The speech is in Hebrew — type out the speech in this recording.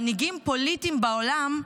מנהיגים פוליטיים בעולם,